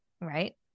Right